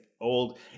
old